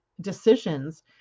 decisions